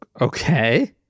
Okay